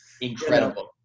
Incredible